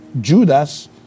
Judas